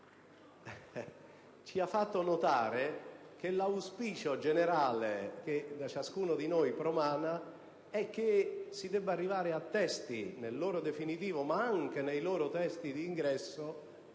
ci ha fatto notare che l'auspicio generale di ciascuno di noi promana è che si debba arrivare a testi nella loro formulazione definitiva, ma anche a testi di ingresso,